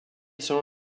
selon